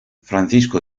francisco